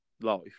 life